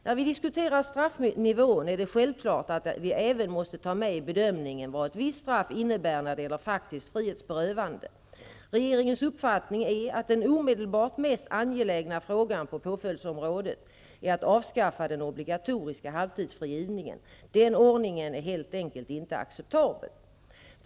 När vi diskuterar straffnivån är det självklart att vi även måste ta med i bedömningen vad ett visst straff innebär när det gäller faktiskt frihetsberövande. Regeringens uppfattning är att den omedelbart mest angelägna frågan på påföljdsområdet är att avskaffa den obligatoriska halvtidsfrigivningen. Den ordningen är helt enkelt inte acceptabel.